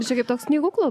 čia gi toks knygų klubas